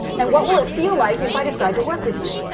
and what will it feel like if i decide to work with you.